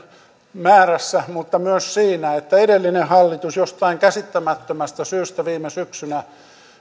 määrässä mutta myös siinä että edellinen hallitus ihalainen ja rinne jostain käsittämättömästä syystä viime syksynä